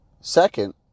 Second